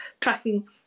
tracking